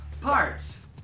Parts